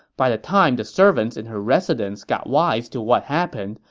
by the time the servants in her residence got wise to what happened,